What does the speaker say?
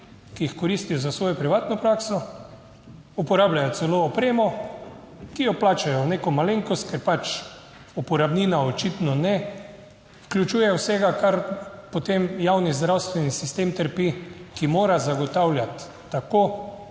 ki jih koristijo za svojo privatno prakso, uporabljajo celo opremo, ki jo plačajo neko malenkost, ker pač uporabnina očitno ne vključuje vsega, kar potem javni zdravstveni sistem trpi, ki mora zagotavljati tako